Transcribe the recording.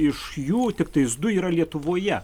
iš jų tiktais du yra lietuvoje